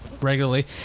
regularly